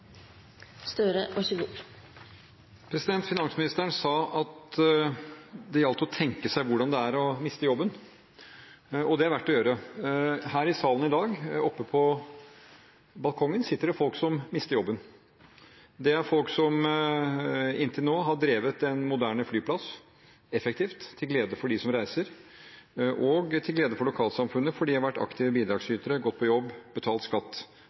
å miste jobben, og det er det verdt å gjøre. Her i salen i dag, oppe på galleriet, sitter det folk som mister jobben. Det er folk som inntil nå har drevet en moderne flyplass – effektivt, til glede for dem som reiser, og til glede for lokalsamfunnet. De har vært aktive bidragsytere, gått på jobb, betalt skatt,